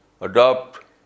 adopt